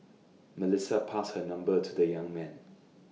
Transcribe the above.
Melissa passed her number to the young man